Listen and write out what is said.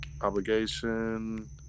Obligation